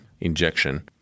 injection